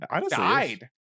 died